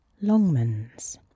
Longman's